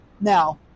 Now